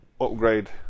upgrade